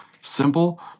simple